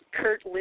Kurt